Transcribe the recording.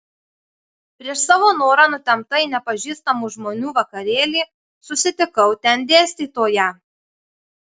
prieš savo norą nutempta į nepažįstamų žmonių vakarėlį susitikau ten dėstytoją